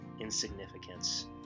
insignificance